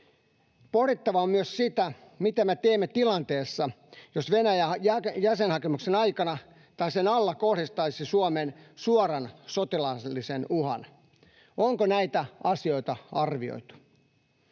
Pohdittava on myös sitä, mitä me teemme tilanteessa, jos Venäjä jäsenhakemuksen aikana tai sen alla kohdistaisi Suomeen suoran sotilaallisen uhan. Onko näitä asioita arvioitu?